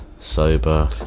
sober